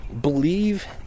Believe